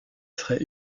serait